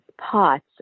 pots